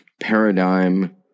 paradigm